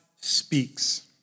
speaks